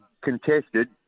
contested